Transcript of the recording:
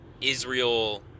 Israel